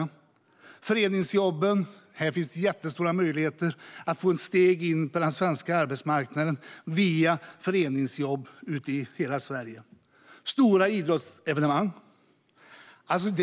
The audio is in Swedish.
Via föreningsjobben finns jättestora möjligheter att få ett steg in på den svenska arbetsmarknaden. Sådana jobb finns i hela Sverige Stora idrottsevenemang - tanken